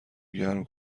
گرم